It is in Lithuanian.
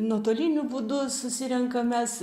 nuotoliniu būdu susirenkam mes